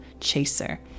Chaser